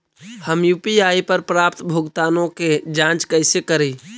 हम यु.पी.आई पर प्राप्त भुगतानों के जांच कैसे करी?